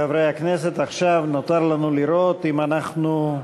חברי הכנסת, עכשיו נותר לנו לראות אם אנחנו,